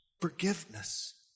forgiveness